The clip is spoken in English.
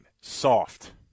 Soft